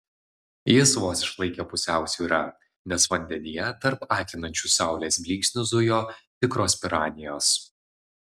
jis vos išlaikė pusiausvyrą nes vandenyje tarp akinančių saulės blyksnių zujo tikros piranijos